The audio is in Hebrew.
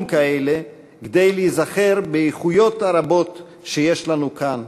כאלה כדי להיזכר באיכויות הרבות שיש לנו כאן,